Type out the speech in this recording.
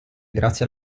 grazie